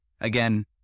Again